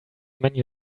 menu